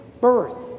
birth